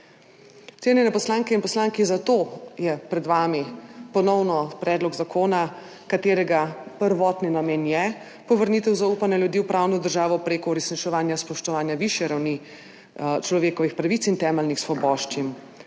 Cenjene poslanke in poslanci, zato je pred vami ponovno predlog zakona, katerega prvotni namen je povrnitev zaupanja ljudi v pravno državo prek uresničevanja spoštovanja višje ravni človekovih pravic in temeljnih svoboščin.